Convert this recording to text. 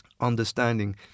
understanding